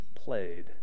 Played